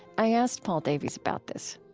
i asked paul davies about this